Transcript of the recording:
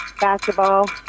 basketball